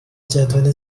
جدول